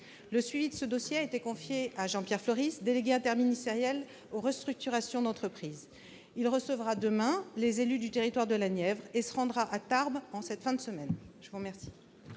Le suivi de ce dossier a été confié à Jean-Pierre Floris, délégué interministériel aux restructurations d'entreprises. Il recevra demain les élus du territoire de la Nièvre et se rendra à Tarbes en cette fin de semaine. La parole